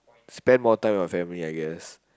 spend more time with my family I guess